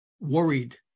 worried